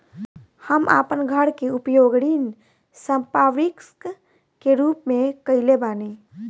हम आपन घर के उपयोग ऋण संपार्श्विक के रूप में कइले बानी